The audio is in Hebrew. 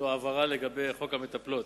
הבהרה לגבי חוק המטפלות.